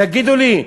תגידו לי,